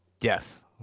Yes